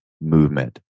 movement